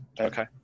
Okay